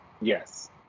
Yes